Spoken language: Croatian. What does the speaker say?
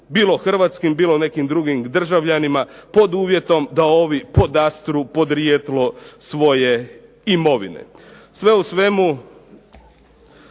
bilo hrvatskim bilo nekim drugim državljanima pod uvjetom da ovi podastru podrijetlo svoje imovine. Sve u svemu